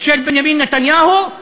של בנימין נתניהו,